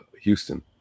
Houston